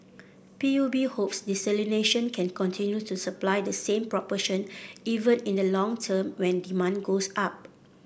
P U B hopes desalination can continue to supply the same proportion even in the long term when demand goes up